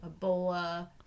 Ebola